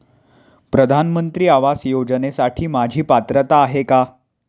प्रधानमंत्री आवास योजनेसाठी माझी पात्रता आहे का?